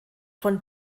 von